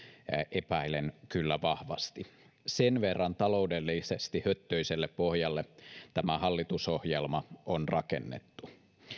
epäilen kyllä vahvasti sen verran taloudellisesti höttöiselle pohjalle tämä hallitusohjelma on rakennettu